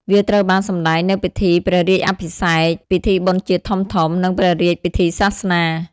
វាត្រូវបានសម្តែងនៅពិធីព្រះរាជាភិសេក ពិធីបុណ្យជាតិធំៗ និងព្រះរាជពិធីសាសនា។